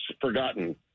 forgotten